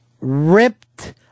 ripped